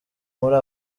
muri